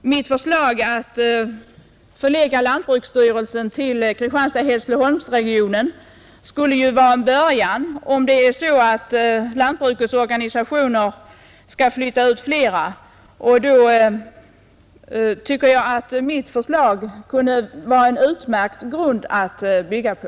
mitt förslag att förlägga lantbruksstyrelsen till Kristianstad—Hässleholmsregionen ju skulle vara en början, om det är så att lantbrukets organisationer skall flytta ut fler enheter. Då tycker jag att mitt förslag kunde vara en utmärkt grund att bygga på.